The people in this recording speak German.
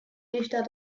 dichter